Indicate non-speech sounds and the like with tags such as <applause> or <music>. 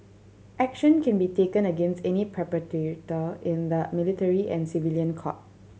action can be taken against any <unintelligible> in the military and civilian court